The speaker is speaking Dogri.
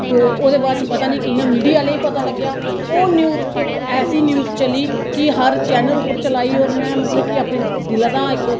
डोर ओह्दे बाद च पता नी कियां मीडिया आह्लें गी पता लग्गेआ ओह् न्यूज इक ऐसी न्यूज चली कि हर चैनल उप्पर चलाई होर में मतलब कि अपने दिला दा इक